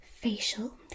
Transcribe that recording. facial